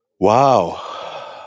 Wow